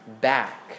back